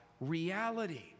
reality